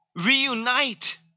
reunite